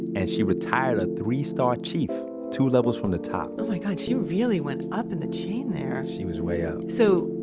and she retired ah three-star chief, two levels from the top oh my god, she really went up in the chain there she was way up so,